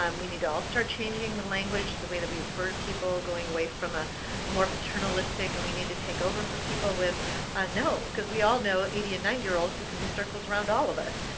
um we need to all start changing the language, the way that we refer to people, going away from ah the more paternalistic, and we need to take over for people with no, because we all know eighty and ninety year olds who can do circles around all of us.